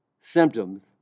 symptoms